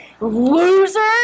loser